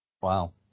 Wow